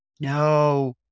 No